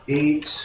eight